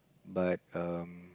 but um